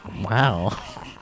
Wow